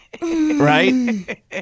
Right